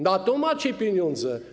Na to macie pieniądze.